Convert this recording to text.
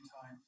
time